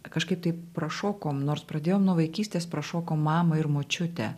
kažkaip taip prašokom nors pradėjom nuo vaikystės prašokom mamą ir močiutę